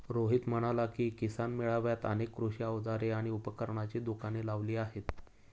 रोहित म्हणाला की, किसान मेळ्यात अनेक कृषी अवजारे आणि उपकरणांची दुकाने लावली आहेत